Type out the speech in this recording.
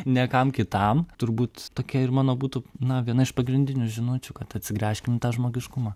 ne kam kitam turbūt tokia ir mano būtų na viena iš pagrindinių žinučių kad atsigręžkim žmogiškumą